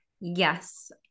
Yes